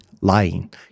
lying